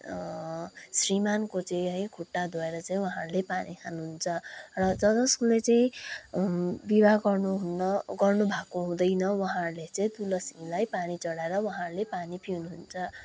श्रीमानको चाहिँ है खुट्टा धोएर चाहिँ उहाँहरूले पानी खानुहुन्छ र ज जसले चाहिँ विवाह गर्नुहुन्न गर्नुभएको हुँदैन उहाँहरूले चाहिँ तुलसीलाई पानी चढाएर उहाँहरूले पानी पिउनुहुन्छ